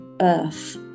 earth